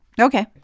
Okay